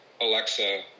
Alexa